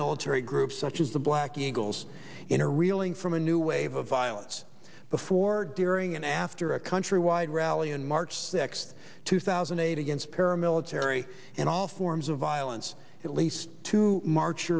paramilitary groups such as the black eagles in are reeling from a new wave of violence before during and after a countrywide rally and march sixth two thousand and eight against paramilitary and all forms of violence at least two march